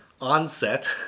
onset